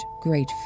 great